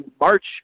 March